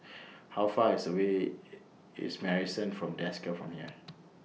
How Far IS away IS Marrison At Desker from here